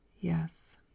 Yes